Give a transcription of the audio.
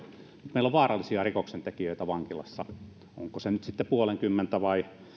meillä on vaarallisia rikoksentekijöitä vankiloissa ei ole ratkaisevaa onko heitä nyt sitten puolenkymmentä vai